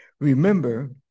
remember